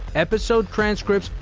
episode transcripts,